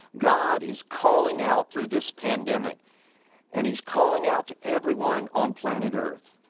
god is calling out through this pandemic and he's calling out to everyone on planet earth.